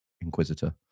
Inquisitor